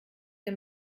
der